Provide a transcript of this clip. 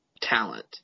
talent